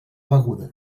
beguda